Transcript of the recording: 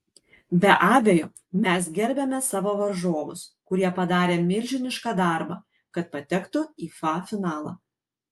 be abejo mes gerbiame savo varžovus kurie padarė milžinišką darbą kad patektų į fa finalą